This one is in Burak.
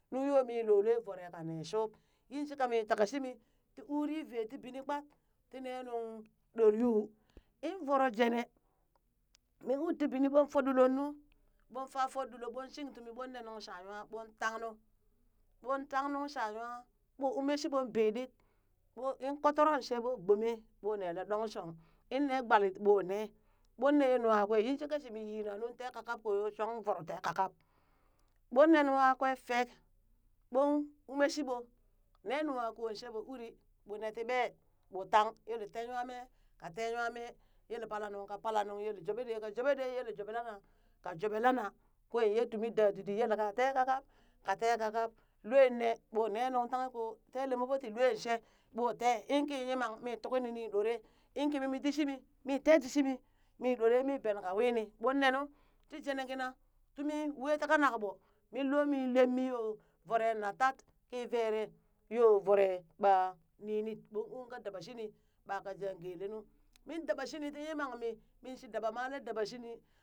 Nu yoo mii lole voroe kanen shub yinshika mi takashimi tii uri vee tii binii kpat ti nenung ɗor yu, in voro jene min uri tii bini ɓon foɗuloo nuu ɓoon faa fa ɗuloo ɓoonshing tumi ɓoon nee nuŋ sha nwaa ɓon tangh nu ɓon tang nung sha nwa ɓoon ume shiɓo bii dit ɓo in kooturon shee ɓoo gbomee ɓoo neelee ɗongshong, in nee gbelit ɓoo nee, ɓon ne ye nwa kwe, yin shi kaa shimi yina nuu tee ka kap ko yo, shong ung voro te kakap, ɓoon ne nunwa kwee fek, ɓon umen shiɓoo nee nuwa kon she ɓoon uri ɓo nee tii ɓee ɓo tang, yele tee nywamee ka te nwa mee, yele pala nuŋ ka papale, yele jubee ɗee ka juɓe dee, yel ka jwoɓee lana ka jwoɓee lana, kwe yee tumi dadidi, yelka tee ka kap ka tee kakap, luee nee ɓoo nee nuŋ taghe koo tee lemɓoo tii luen she ɓo tee in kii yiman mi tukninin ɗoree, in kimi tii shimi mi te ti shimi, ɗore mi ben ka wini ɓon nenu tii jenee kina tumii wee ti kanak ɓoo, min loo mi lemmi yoo voro natat ki vere yoo voree ɓa ninet, ɓoo uu ka daba shini ɓa jang gee leenuu min dabaa shini yinti yimangmi min shidabamalee dabashini.